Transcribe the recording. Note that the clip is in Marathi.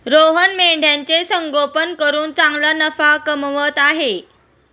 रोहन मेंढ्यांचे संगोपन करून चांगला नफा कमवत आहे